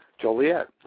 Joliet